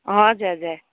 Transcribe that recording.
हजुर हजुर